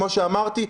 כמו שאמרתי,